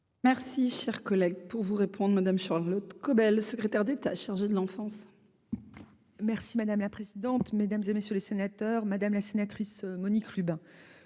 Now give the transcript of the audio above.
Merci, cher collègue, pour vous répondre madame Charlotte Caubel, secrétaire d'État chargé de l'enfance. Merci madame la présidente, mesdames et messieurs les sénateurs, madame la sénatrice Monique Lubin,